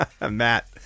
Matt